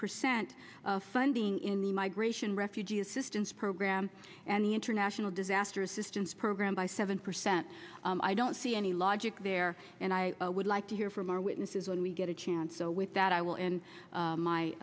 percent funding in the migration refugee assistance program and the international disaster assistance program by seven percent i don't see any logic there and i would like to hear from our witnesses when we get a chance so with that i will end